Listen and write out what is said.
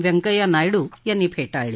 व्यंकय्या नायडू त्यांनी फेटाळली